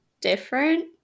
different